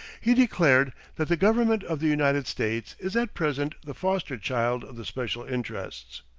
he declared that the government of the united states is at present the foster child of the special interests.